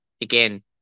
again